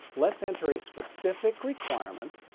let's enter a specific requirement.